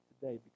today